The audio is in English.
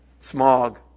Smog